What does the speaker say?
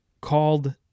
called